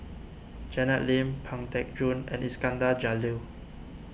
Janet Lim Pang Teck Joon and Iskandar Jalil